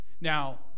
Now